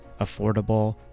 affordable